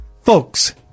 Folks